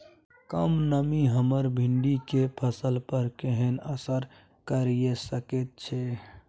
कम नमी हमर भिंडी के फसल पर केहन असर करिये सकेत छै?